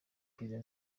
prudent